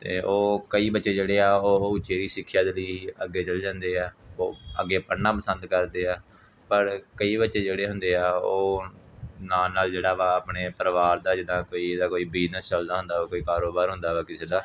ਅਤੇ ਉਹ ਕਈ ਬੱਚੇ ਜਿਹੜੇ ਆ ਉਹ ਉਚੇਰੀ ਸਿੱਖਿਆ ਜਿਹੜੀ ਅੱਗੇ ਚਲ ਜਾਂਦੇ ਆ ਉਹ ਅੱਗੇ ਪੜ੍ਹਨਾ ਪਸੰਦ ਕਰਦੇ ਆ ਪਰ ਕਈ ਬੱਚੇ ਜਿਹੜੇ ਹੁੰਦੇ ਆ ਉਹ ਨਾਲ ਨਾਲ ਜਿਹੜਾ ਵਾ ਆਪਣੇ ਪਰਿਵਾਰ ਦਾ ਜਿੱਦਾਂ ਕੋਈ ਜਿੱਦਾਂ ਕੋਈ ਬਿਜ਼ਨਸ ਚੱਲਦਾ ਹੁੰਦਾ ਵਾ ਕੋਈ ਕਾਰੋਬਾਰ ਹੁੰਦਾ ਵਾ ਕਿਸੇ ਦਾ